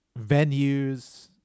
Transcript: venues